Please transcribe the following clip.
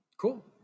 Cool